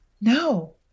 No